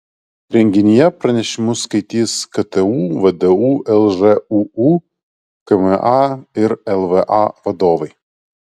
renginyje pranešimus skaitys ktu vdu lžūu kma ir lva vadovai